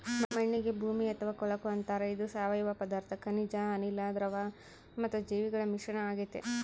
ಮಣ್ಣಿಗೆ ಭೂಮಿ ಅಥವಾ ಕೊಳಕು ಅಂತಾರೆ ಇದು ಸಾವಯವ ಪದಾರ್ಥ ಖನಿಜ ಅನಿಲ, ದ್ರವ ಮತ್ತು ಜೀವಿಗಳ ಮಿಶ್ರಣ ಆಗೆತೆ